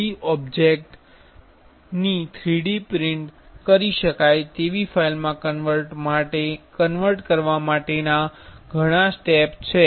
3D ઓબ્જેક્ટથી 3D print કરી શકાય તેવી ફાઇલમાં કન્વર્ટ કરવા માટેના ઘણા સ્ટેપ છે